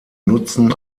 nutzen